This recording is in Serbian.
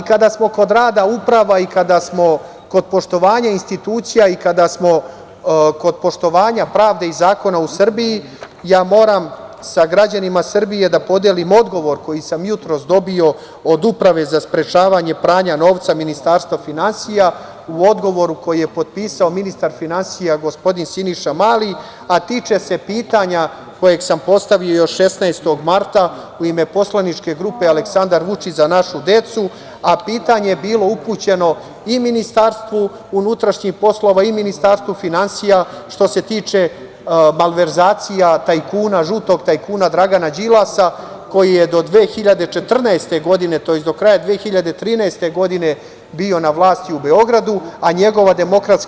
Kada smo kod rada, uprava, i kada smo kod poštovanja institucija, i kada smo kod poštovanja pravde i zakona u Srbiji, ja moram sa građanima Srbije da podelim odgovor koji sam jutros dobio, od Uprave za sprečavanje pranja novca Ministarstva finansija, u odgovoru koji je potpisao ministar finansija gospodin Siniša Mali, a tiče se pitanja koje sam postavio još 16. marta u ime poslaničke grupe Aleksandar Vučić – za našu decu, a pitanje je bilo upućeno i Ministarstvu unutrašnjih poslova, i ministru finansija što se tiče malverzacije , što se tiče tajkuna, žutog tajkuna Dragana Đilasa, koji je do 2014. godine, do kraja 2013. godine bio na vlasti u Beogradu, a njegova DS,